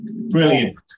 Brilliant